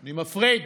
אני מפריד.